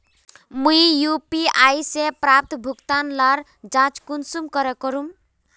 मुई यु.पी.आई से प्राप्त भुगतान लार जाँच कुंसम करे करूम?